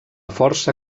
força